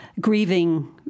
grieving